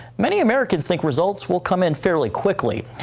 many americans think results will come in fairly quickly.